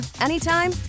anytime